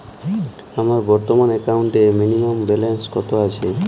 আমার বর্তমান একাউন্টে মিনিমাম ব্যালেন্স কত আছে?